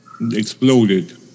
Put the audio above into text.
Exploded